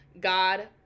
God